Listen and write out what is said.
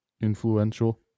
influential